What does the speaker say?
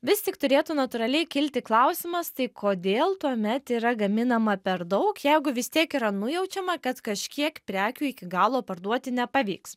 vis tik turėtų natūraliai kilti klausimas tai kodėl tuomet yra gaminama per daug jeigu vis tiek yra nujaučiama kad kažkiek prekių iki galo parduoti nepavyks